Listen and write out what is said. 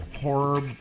horror